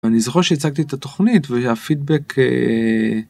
אני זוכר שהצגתי את התוכנית והפידבק.